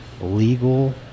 legal